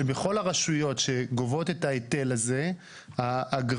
שבכל הרשויות שגובות את ההיטל הזה האגרה